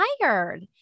tired